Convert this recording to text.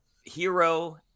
hero